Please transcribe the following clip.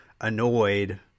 annoyed